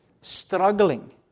struggling